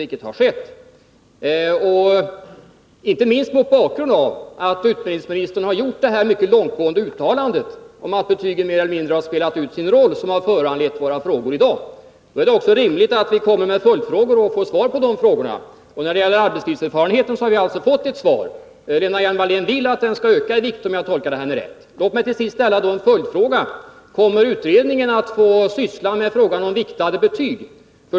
Vi har ju tagit upp debatten, och det är nödvändigt inte minst mot bakgrund av att utbildningsministern har gjort detta mycket långtgående uttalande om att betygen mer eller mindre har spelat ut sin roll — det uttalande som föranlett våra frågor i dag. Då är det också rimligt att vi kommer med följdfrågor och får svar på dem. När det gäller arbetslivserfarenheten har vi alltså fått ett svar. Lena Hjelm-Wallén vill att den skall öka i vikt, om jag tolkar hennes svar rätt. Låt mig till sist ställa en följdfråga: Kommer utredningen att få syssla med frågan om viktade betyg?